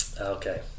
Okay